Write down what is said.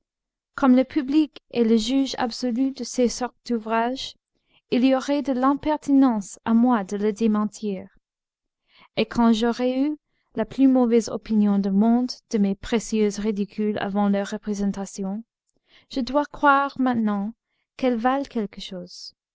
comme le public est le juge absolu de ces sortes d'ouvrages il y aurait de l'impertinence à moi de le démentir et quand j'aurais eu la plus mauvaise opinion du monde de mes précieuses ridicules avant leur représentation je dois croire maintenant qu'elles valent quelque chose